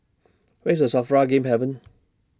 Where IS SAFRA Game Haven